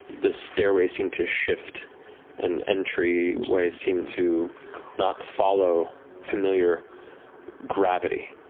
the stairways seem to shift and entryways seem to not follow familiar gravity.